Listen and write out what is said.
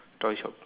toy shop